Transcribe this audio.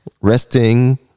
Resting